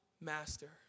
master